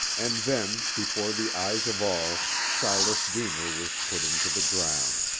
and then, before the eyes of all, silas deemer was put into the ground.